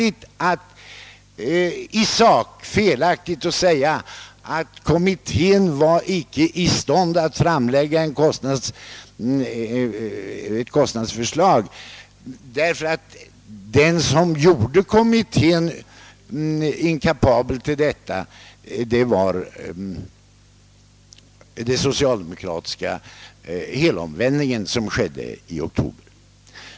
I sak är det felaktigt att säga att kommittén inte var i stånd att framlägga ett kostnadsförslag. Vad som gjorde kommittén inkapabel till detta var den socialdemokratiska helomvändning som skedde i oktober.